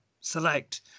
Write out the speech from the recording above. select